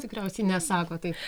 tikriausiai nesako taip